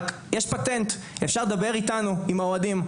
רק יש פטנט אפשר לדבר איתנו עם האוהדים,